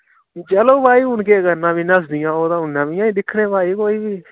चलो भाई हून केह् करना फ्ही नस्सदिया ओह् हून ते नमियां ही दिक्खने भाई कोई